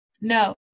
No